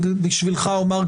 בשבילך אני אומר,